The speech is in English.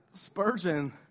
Spurgeon